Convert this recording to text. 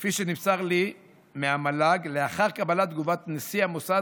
כפי שנמסר לי מהמל"ג לאחר קבלת תגובת נשיא המוסד,